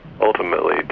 ultimately